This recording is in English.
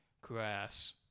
grass